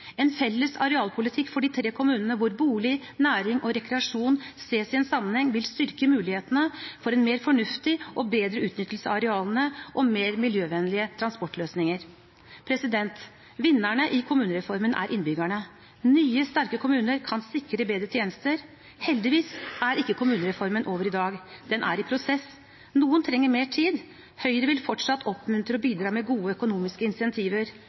En felles arealpolitikk for de tre kommunene hvor bolig, næring og rekreasjon ses i sammenheng, vil styrke mulighetene for en mer fornuftig og bedre utnyttelse av arealene og for mer miljøvennlige transportløsninger. Vinnerne i kommunereformen er innbyggerne. Nye, sterke kommuner kan sikre bedre tjenester. Heldigvis er ikke kommunereformen over i dag. Den er i prosess. Noen trenger mer tid. Høyre vil fortsatt oppmuntre og bidra med gode økonomiske